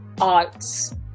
arts